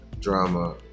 drama